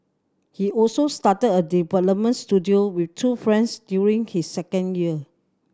he also started a development studio with two friends during his second year